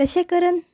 तशें करून